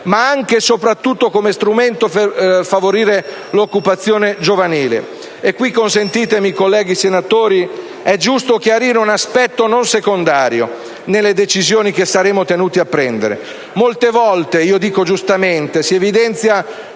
ma anche e soprattutto come strumento per favorire l'occupazione giovanile. *(Brusìo. Richiami del Presidente).* E qui, consentitemelo, colleghi senatori, è giusto chiarire un aspetto non secondario nelle decisioni che saremo tenuti a prendere. Molte volte, io dico giustamente, si evidenzia